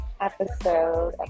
episode